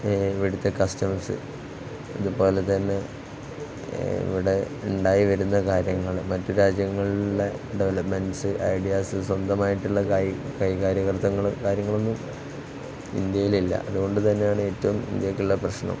ഇവിടുത്തെ കസ്റ്റംസ് അതുപോലെ തന്നെ ഇവിടെ ഉണ്ടായിവരുന്ന കാര്യങ്ങള് മറ്റു രാജ്യങ്ങളിലെ ഡെവലപ്മെൻറ്സ് ഐഡിയാസ് സ്വന്തമായിട്ടുള്ള കൈകാര്യകര്ത്തൃത്വങ്ങളും കാര്യങ്ങളുമൊന്നും ഇന്ത്യയിലില്ല അതുകൊണ്ട് തന്നെയാണ് ഏറ്റവും ഇന്ത്യക്കുള്ള പ്രശ്നം